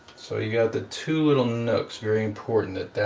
so you got the two little notes very important that that